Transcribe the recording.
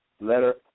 Letter